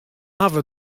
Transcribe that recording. hawwe